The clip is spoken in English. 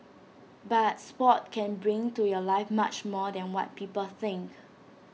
but Sport can bring to your life much more than what people think